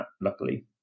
luckily